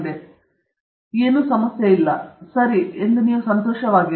ಅದಕ್ಕೆ ನಾವು ಯಾವುದೇ ಸಮಸ್ಯೆಗಳಿಲ್ಲ ಅದು ಸರಿ ಎಂದು ನಾವು ಸಂತೋಷವಾಗಿರಲಿ